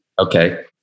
Okay